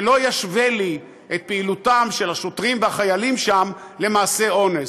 שלא ישווה לי את פעילותם של השוטרים והחיילים שם למעשי אונס.